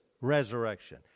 resurrection